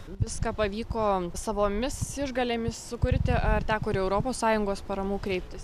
viską pavyko savomis išgalėmis sukurti ar teko ir europos sąjungos paramų kreiptis